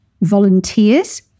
volunteers